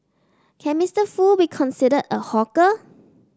can Mister Foo be considered a hawker